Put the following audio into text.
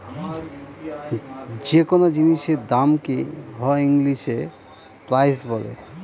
যে কোনো জিনিসের দামকে হ ইংলিশে প্রাইস বলে